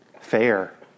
Fair